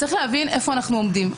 יש להבין איפה אנו עומדים.